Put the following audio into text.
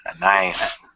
Nice